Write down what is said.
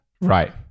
Right